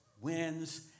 wins